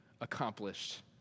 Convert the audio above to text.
accomplished